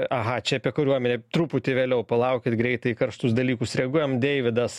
aha čia apie kariuomenę truputį vėliau palaukit greitai į karštus dalykus reaguojam deividas